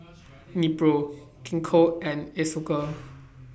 Nepro Gingko and Isocal